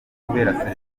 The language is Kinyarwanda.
kubera